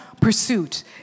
pursuit